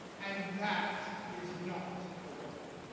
and that is not a woman.